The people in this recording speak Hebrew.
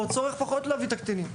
או פחות צורך להביא קטינים.